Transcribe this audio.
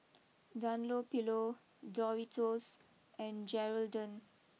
Dunlopillo Doritos and Geraldton